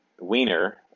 Wiener